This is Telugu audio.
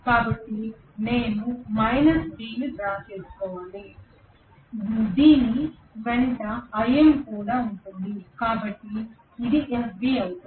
కాబట్టి నేను B ను డ్రా చేసుకోవాలి దీని వెంట Im కూడా ఉంటుంది కాబట్టి ఇది FB అవుతుంది